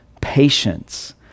patience